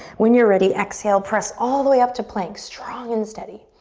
when you're ready, exhale, press all the way up to plank, strong and steady.